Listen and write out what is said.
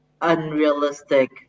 unrealistic